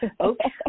okay